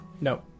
No